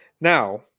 Now